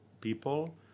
people